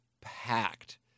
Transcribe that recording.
packed